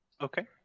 Okay